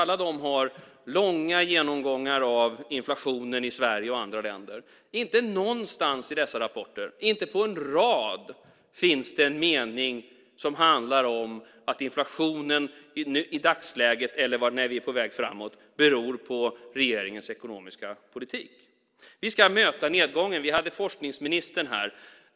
Alla har långa genomgångar av inflationen i Sverige och andra länder. Inte någonstans i dessa rapporter, inte på en rad, finns det en mening som handlar om att inflationen i dagsläget eller när vi är på väg framåt beror på regeringens ekonomiska politik. Vi ska möta nedgången. Vi hade forskningsministern här.